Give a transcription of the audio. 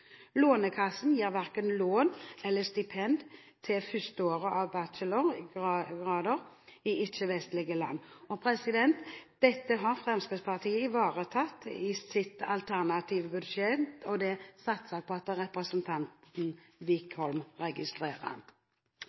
Lånekassen gir verken lån eller stipend til førsteåret av bachelorgrader i ikke-vestlige land. Dette har Fremskrittspartiet ivaretatt i sitt alternative budsjett, og det satser vi på at representanten Wickholm registrerer.